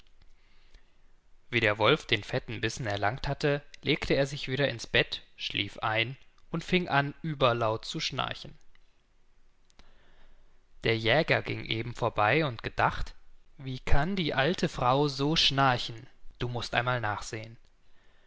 wie der wolf den fetten bissen erlangt hatte legte er sich wieder ins bett schlief ein und fing an überlaut zu schnarchen der jäger ging eben vorbei und gedacht wie kann die alte frau so schnarchen du mußt einmal nachsehen